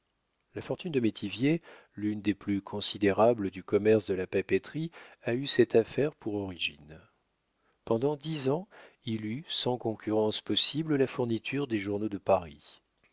la fortune de métivier l'une des plus considérables du commerce de la papeterie a eu cette affaire pour origine pendant dix ans il eut sans concurrence possible la fourniture des journaux de paris